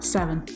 Seven